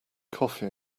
coffee